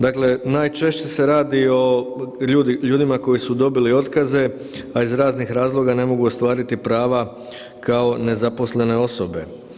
Dakle, najčešće se radi o ljudima koji su dobili otkaze, a iz raznih razloga ne mogu ostvariti prava kao nezaposlene osobe.